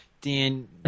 Dan